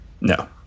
No